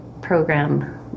program